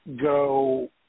go